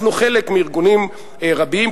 אנחנו חלק מארגונים רבים,